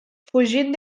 fugint